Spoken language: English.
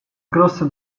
crossed